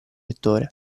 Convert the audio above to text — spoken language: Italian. lettore